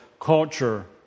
culture